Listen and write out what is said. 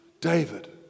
David